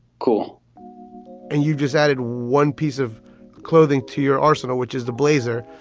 cool and you just added one piece of clothing to your arsenal, which is the blazer,